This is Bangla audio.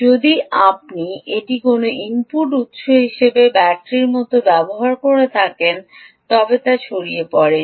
আপনি যদি এটি কোনও ইনপুট উত্স হিসাবে ব্যাটারির মতো ব্যবহার করে থাকেন তবে তা ছড়িয়ে পড়ে